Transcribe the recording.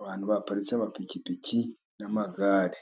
abantu baparitse amapikipiki n'amagare.